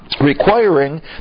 requiring